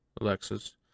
Alexis